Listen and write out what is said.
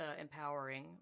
empowering